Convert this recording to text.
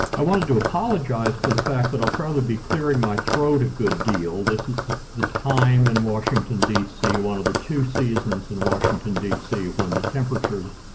i wanted to apologize for the fact that i'll probably be clearing my throat a good deal. this is the the time in washington, dc, one of the two seasons in washington, dc when the temperatures